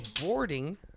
boarding